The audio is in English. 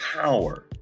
power